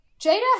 Jada